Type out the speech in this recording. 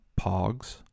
pogs